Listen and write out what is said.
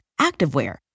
activewear